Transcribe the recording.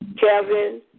Kevin